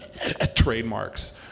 trademarks